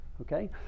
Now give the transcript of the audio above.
okay